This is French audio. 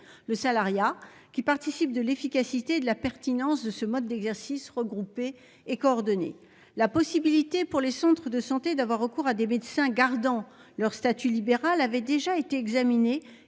le salariat qui participe de l'efficacité de la pertinence de ce mode d'exercice regroupé et coordonner la possibilité pour les centres de santé d'avoir recours à des médecins gardant leur statut libéral avait déjà été examiné